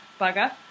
bugger